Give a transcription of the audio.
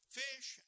fish